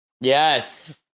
Yes